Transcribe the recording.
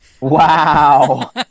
Wow